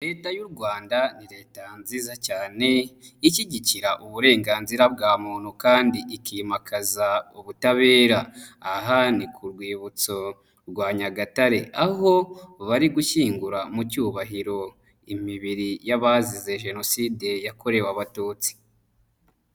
Leta y'u rwanda ni leta nziza cyane ishyigikira uburenganzira bwa muntu kandi ikimakaza ubutabera. Aha ni ku rwibutso rwa nyagatare, aho bari gushyingura mu cyubahiro imibiri y'abazize jenoside yakorewe abatutsi.